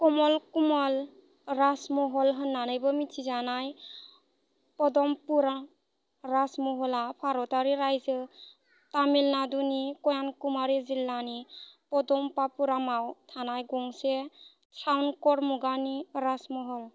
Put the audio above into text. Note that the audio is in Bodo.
कमल कुमल राजमहल होन्नानैबो मिन्थिजानाय पदमनभापुरम राजमहला भारतारि राइजो तमिल नाडुनि कन्याकुमारी जिल्लानि पदमनभापुरमाव थानाय गंसे ट्रावनकर मुगानि राजमहल